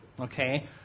Okay